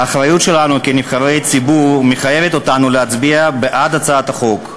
האחריות שלנו כנבחרי ציבור מחייבת אותנו להצביע בעד הצעת החוק,